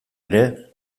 ere